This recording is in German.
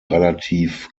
relativ